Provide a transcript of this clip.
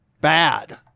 bad